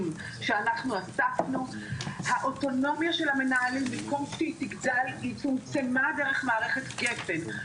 שאספנו שבמקום שהאוטונומיה למנהלים תגדל היא צומצמה דרך מערכת גפ"ן,